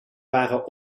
waren